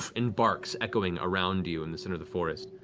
and barks echoing around you in the center of the forest.